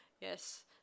Yes